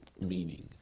meaning